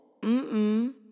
Mm-mm